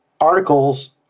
articles